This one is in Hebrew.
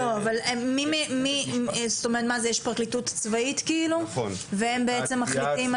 אבל מי, יש פרקליטות צבאית והם בעצם מחליטים?